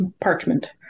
parchment